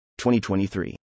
2023